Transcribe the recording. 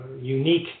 unique